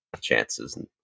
chances